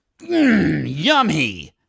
yummy